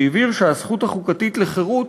והבהיר שהזכות החוקתית לחירות